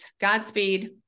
godspeed